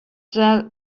there